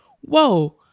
whoa